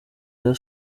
rayon